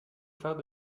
phare